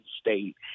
state